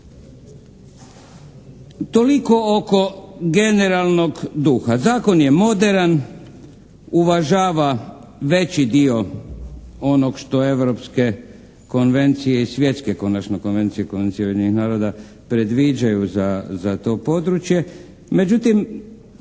Toliko oko generalnog duha. Zakon je moderan. Uvažava veći dio onog što europske konvencije i svjetske konačno konvencije, Konvencije Ujedinjenih naroda predviđaju za to područje.